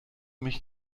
mich